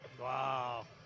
Wow